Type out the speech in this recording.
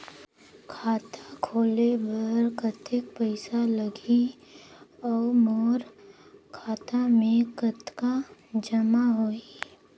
खाता खोले बर कतेक पइसा लगही? अउ मोर खाता मे कतका जमा होही?